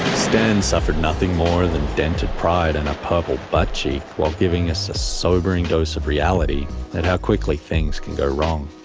stin suffered nothing more and than dented pride and a purple butt cheek while giving us a sobering dose of reality and how quickly things can go wrong.